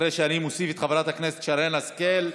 אחרי שאני מוסיף את חברת הכנסת שרן השכל.